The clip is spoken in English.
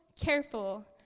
careful